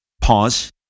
pause